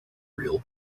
real